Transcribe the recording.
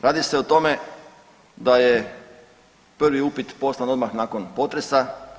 Radi se o tome da je prvi upit poslan odmah nakon potresa.